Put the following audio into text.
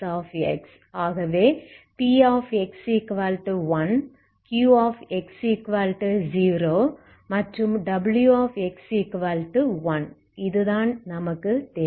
ஆகவே px1 qx0 மற்றும் wx1 இது தான் நமக்கு தேவை